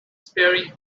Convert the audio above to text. staring